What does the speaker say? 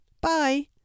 Bye